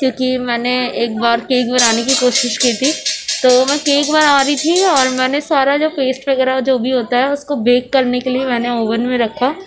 کیونکہ میں نے ایک بار کیک بنانے کی کوشش کی تھی تو میں کیک بنا رہی تھی اور میں نے سارا جو پیسٹ وغیرہ جو بھی ہوتا ہے اس کو بیک کرنے کے لیے میں نے اوون میں رکھا